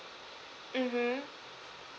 mmhmm